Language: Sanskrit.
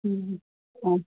आम्